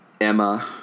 Emma